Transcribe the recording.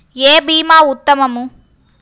ఏ భీమా ఉత్తమము?